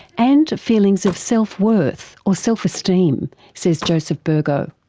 and feelings of self-worth or self-esteem, says joseph burgo.